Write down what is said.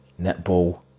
netball